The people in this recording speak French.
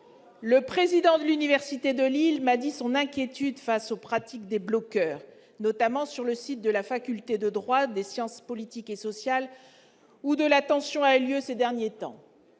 Le président de l'université de Lille m'a dit son inquiétude face aux pratiques des bloqueurs, notamment sur le site de la faculté de droit, de sciences politiques et sociales, que je connais particulièrement